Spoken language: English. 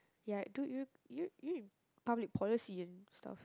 ya do you you you in public policy and stuff